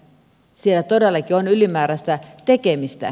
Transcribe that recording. siellä todellakin on ylimääräistä tekemistä